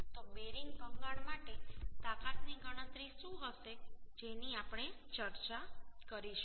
તો બેરિંગ ભંગાણ માટે તાકાતની ગણતરી શું હશે જેની આપણે ચર્ચા કરીશું